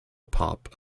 pop